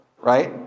right